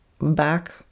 back